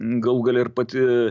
galų gale ir pati